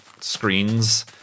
screens